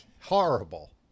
Horrible